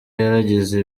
yaragize